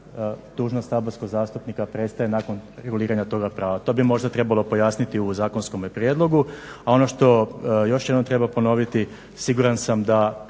dužnost saborskog zastupnika prestaje nakon reguliranja toga prava. To bi možda trebalo pojasniti u zakonskom prijedlogu. A ono što još jednom treba ponoviti, siguran sam da